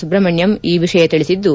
ಸುಬ್ರಹ್ಮಣ್ಣಂ ಈ ವಿಷಯ ತಿಳಿಸಿದ್ದು